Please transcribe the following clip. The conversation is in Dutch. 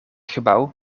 gebouw